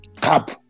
Cup